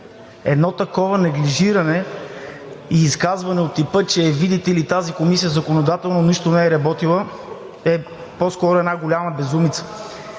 Едно такова неглижиране и изказване от типа, че, видите ли, тази комисия законодателно нищо не е работила, е по-скоро една голяма безумица.